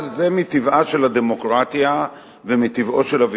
אבל זה מטבעה של הדמוקרטיה,